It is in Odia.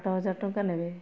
ସାତ ହଜାର ଟଙ୍କା ନେବେ